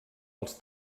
els